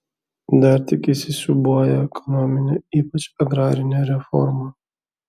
dar tik įsisiūbuoja ekonominė ypač agrarinė reforma